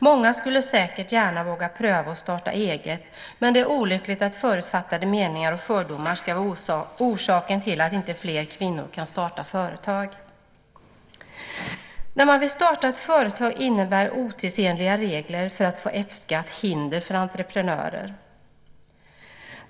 Många skulle säkert våga pröva att starta eget, och det är olyckligt att förutfattade meningar och fördomar ska vara orsak till att inte fler kvinnor kan starta företag. När man vill starta ett företag innebär otidsenliga regler för att få F-skatt hinder för entreprenörer.